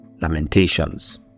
Lamentations